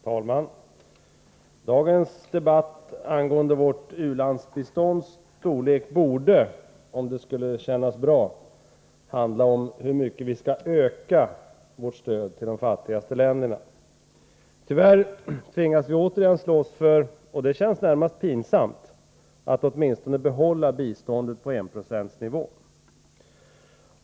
Herr talman! Dagens debatt angående vårt u-landsbistånds storlek borde — om det skulle kännas bra — handla om hur mycket vi skall öka vårt stöd till de fattigaste länderna. Tyvärr tvingas vi återigen slåss för att åtminstone behålla biståndet på enprocentsnivån, oeb det känns närmast pinsamt.